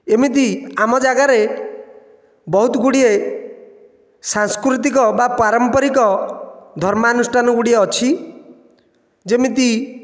ଏମିତି ଆମ ଜାଗାରେ ବହୁତଗୁଡ଼ିଏ ସାଂସ୍କୃତିକ ବା ପାରମ୍ପରିକ ଧର୍ମାନୁଷ୍ଠାନଗୁଡ଼ିଏ ଅଛି ଯେମିତି